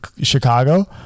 Chicago